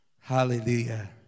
Hallelujah